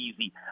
easy